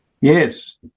Yes